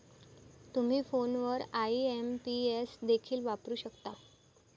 तुम्ही फोनवर आई.एम.पी.एस देखील वापरू शकता